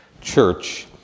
church